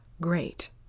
Great